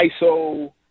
iso